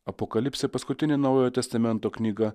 apokalipsė paskutinė naujojo testamento knyga